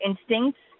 instincts